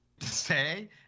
say